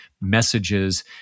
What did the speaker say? messages